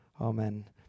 Amen